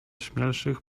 śmielszych